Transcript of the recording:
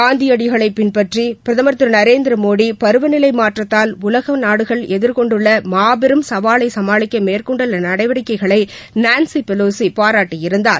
காந்தியடிகளை பின்பற்றி பிரதமர் திரு நரேந்திர மோடி பருவநிலை மாற்றத்தால் உலகம் எதிர்கொண்டுள்ள மாபெரும் சவாலை சமாளிக்க மேற்கொண்டுள்ள நடவடிக்கைகளை நான்சி பெலோசி பாராட்டியிருந்தார்